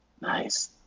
Nice